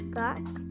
got